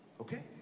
okay